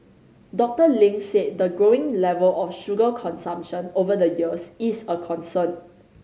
Doctor Ling said the growing level of sugar consumption over the years is a concern